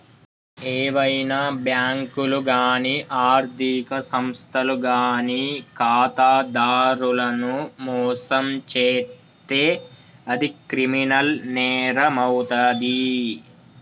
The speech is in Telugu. ఏవైనా బ్యేంకులు గానీ ఆర్ధిక సంస్థలు గానీ ఖాతాదారులను మోసం చేత్తే అది క్రిమినల్ నేరమవుతాది